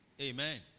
Amen